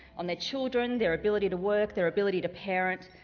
on their children, their ability to work, their ability to parent,